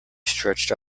stretched